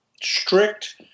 strict